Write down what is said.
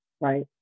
right